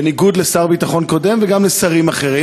בניגוד לשר ביטחון קודם וגם לשרים אחרים.